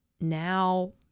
now